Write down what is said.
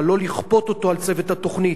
אבל לא לכפות אותו על צוות התוכנית.